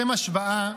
לשם השוואה,